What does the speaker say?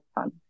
fun